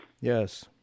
Yes